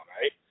right